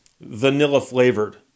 vanilla-flavored